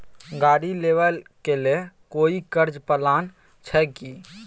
गाड़ी लेबा के लेल कोई कर्ज प्लान छै की?